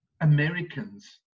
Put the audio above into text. americans